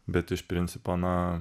bet iš principo na